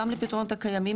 גם לפתרונות הקיימים,